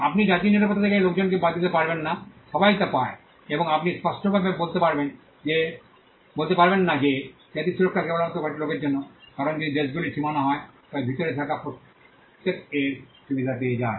আপনি জাতীয় নিরাপত্তা থেকে লোকজনকে বাদ দিতে পারবেন না সবাই তা পায় এবং আপনি স্পষ্টভাবে বলতে পারবেন না যে জাতীয় সুরক্ষা কেবলমাত্র কয়েকটি লোকের জন্য কারণ যদি দেশগুলির সীমানা হয় তবে ভিতরে থাকা প্রত্যেকে এর সুবিধা পেয়ে যায়